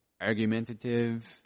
argumentative